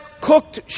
cooked